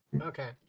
okay